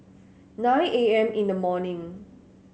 nine A M in the morning